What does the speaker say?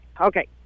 Okay